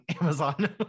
Amazon